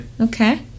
Okay